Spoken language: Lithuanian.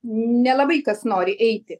nelabai kas nori eiti